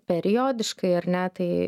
periodiškai ar ne tai